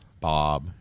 Bob